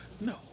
No